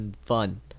fun